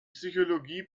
psychologie